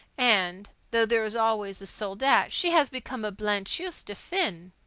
and, though there is always a soldat, she has become a blanchisseuse de fin.